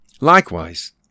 Likewise